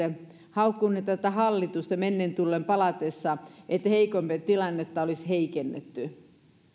haukkuneet tätä hallitusta mennen tullen ja palatessa että heikompien tilannetta olisi heikennetty